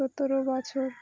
সতরো বছর